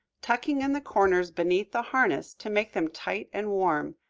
tucking in the corners beneath the harness to make them tight and warm.